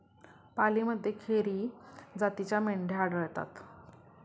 पालीमध्ये खेरी जातीच्या मेंढ्या आढळतात